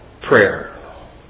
prayer